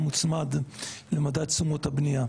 מוצמד למדד תשומות הבנייה.